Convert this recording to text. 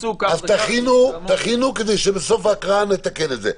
תכינו כדי שבסוף ההקראה נתקן את זה.